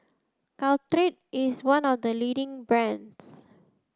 Caltrate is one of the leading brands